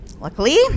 luckily